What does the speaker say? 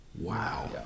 Wow